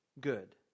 good